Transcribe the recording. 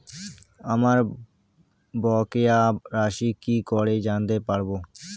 আমার বকেয়া রাশি কি করে জানতে পারবো?